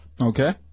Okay